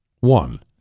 One